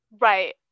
Right